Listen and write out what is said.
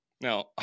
Now